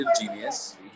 genius